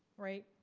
right,